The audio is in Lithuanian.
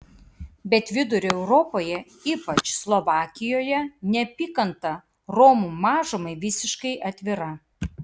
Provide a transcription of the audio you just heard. bet vidurio europoje ypač slovakijoje neapykanta romų mažumai visiškai atvira